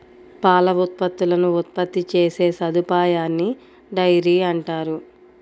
పాల ఉత్పత్తులను ఉత్పత్తి చేసే సదుపాయాన్నిడైరీ అంటారు